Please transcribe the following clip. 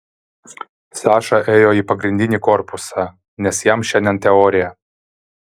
saša ėjo į pagrindinį korpusą nes jam šiandien teorija